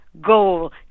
goal